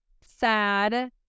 sad